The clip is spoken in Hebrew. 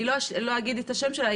לא אגיד את השם שלה,